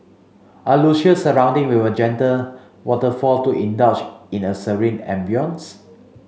a luscious surrounding a gentle waterfall to indulge in a serene ambience